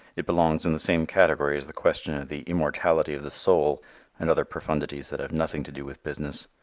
it belongs in the same category as the question of the immortality of the soul and other profundities that have nothing to do with business.